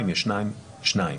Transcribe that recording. אם יש שניים שניים,